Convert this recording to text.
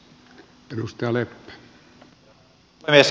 arvoisa puhemies